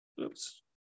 Oops